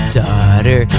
daughter